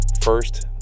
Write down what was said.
first